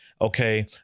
okay